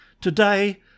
Today